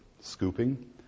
scooping